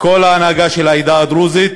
כל ההנהגה של העדה הדרוזית,